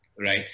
right